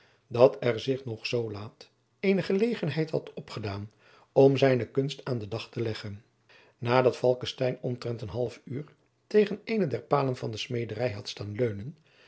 dat er zich nog zoo laat eene gelegenheid had opgedaan om zijne kunst aan den dag te leggen nadat falckestein omtrent een halfuur jacob van lennep de pleegzoon tegen eene der palen van de smederij had staan leunen